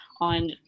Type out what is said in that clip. on